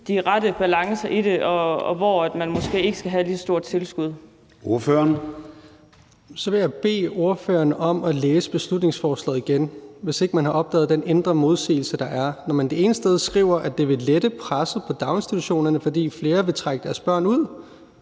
(Søren Gade): Ordføreren. Kl. 18:21 Rasmus Lund-Nielsen (M): Jeg vil bede ordføreren om at læse beslutningsforslaget igen, hvis ikke man har opdaget den indre modsigelse, der er, når man det ene sted skriver, at det vil lette presset på daginstitutioner, fordi flere vil trække deres børn ud,